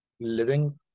living